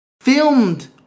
filmed